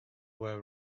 were